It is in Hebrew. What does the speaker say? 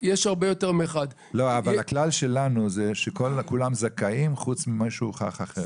הכלל שלנו הוא שכולם זכאים חוץ ממה שהוכח אחרת.